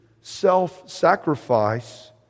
self-sacrifice